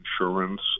insurance